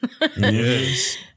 Yes